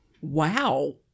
Wow